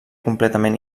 completament